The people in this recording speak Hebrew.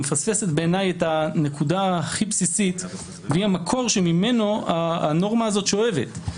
בעיניי מפספסת את הנקודה הכי בסיסית והיא המקור ממנו הנורמה הזאת שואבת.